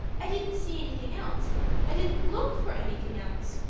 i didn't see anything else i didn't look for anything else.